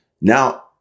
Now